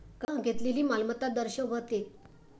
कर्ज घेतलेली मालमत्ता दर्शवते